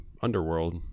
underworld